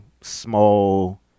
small